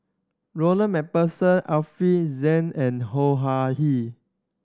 Ronald Macpherson Alfian Sa'at and